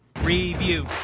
review